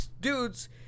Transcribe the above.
dudes